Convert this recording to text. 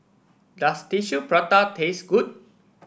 does Tissue Prata taste good